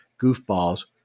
goofballs